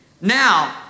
Now